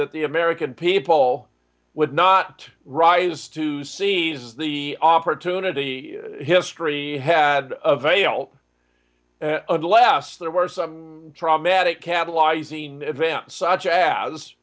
that the american people would not rise to seize the opportunity history had a veil unless there were some traumatic catalyzing event such as